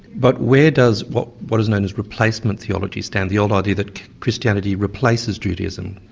but where does, what what is known as replacement theology stand the old idea that christianity replaces judaism?